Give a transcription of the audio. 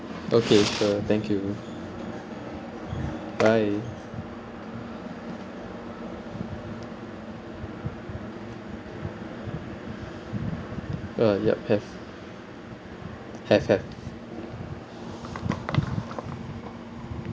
okay sure thank you bye uh yup have have have